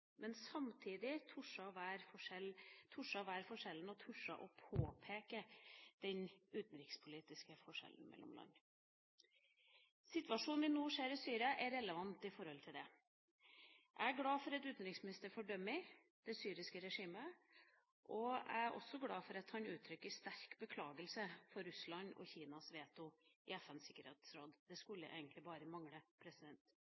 men samtidig må vi tørre å være konkrete og tørre å påpeke den utenrikspolitiske forskjellen mellom land. Situasjonen vi nå ser i Syria, er relevant med tanke på det. Jeg er glad for at utenriksministeren fordømmer det syriske regimet, og jeg er også glad for at han uttrykker sterk beklagelse for Russlands og Kinas veto i FNs sikkerhetsråd. Det